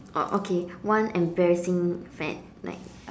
oh okay one embarrassing fad like